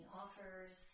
offers